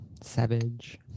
Savage